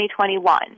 2021